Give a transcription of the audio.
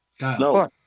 No